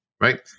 right